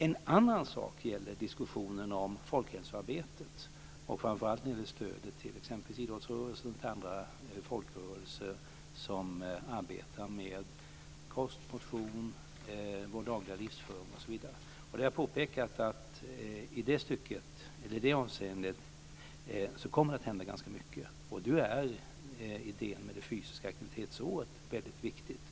En annan sak är diskussionen om folkhälsoarbetet och framför allt stödet till idrottsrörelsen och andra folkrörelser som arbetar med kost, motion, vår dagliga livsföring osv. Jag har påpekat att i det avseendet kommer det att hända ganska mycket. Idén med det fysiska aktivitetsåret är viktig.